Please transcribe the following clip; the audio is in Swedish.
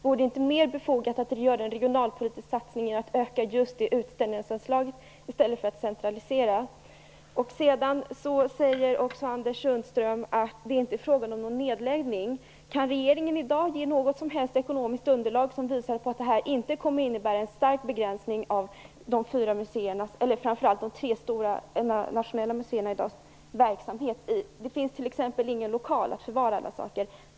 Vore det inte mer befogat att göra en regionalpolitisk satsning genom att öka just utställningsanslaget i stället för att centralisera? Anders Sundström säger också att det inte är fråga om någon nedläggning. Kan regeringen i dag ge något som helst ekonomiskt underlag som visar att detta inte kommer att innebära en stark begränsning av de fyra muséernas, framför allt de tre stora nationella muséernas, verksamhet? Det finns t.ex. ingen lokal att förvara alla saker i.